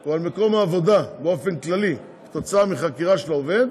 או על מקום העבודה באופן כללי כתוצאה מחקירה של העובד,